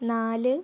നാല്